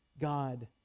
God